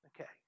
Okay